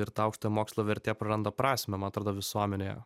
ir ta aukštojo mokslo vertė praranda prasmę man atrodo visuomenėje